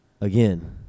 Again